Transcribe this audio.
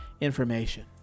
information